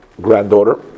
granddaughter